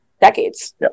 decades